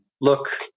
look